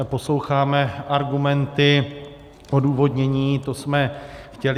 Posloucháme argumenty, odůvodnění, to jsme chtěli.